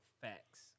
Facts